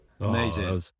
amazing